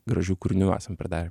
gražių kūrinių esam pridarę